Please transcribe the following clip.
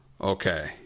Okay